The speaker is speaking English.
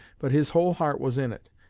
but his whole heart was in it,